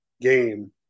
game